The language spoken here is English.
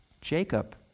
Jacob